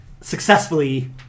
successfully